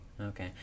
Okay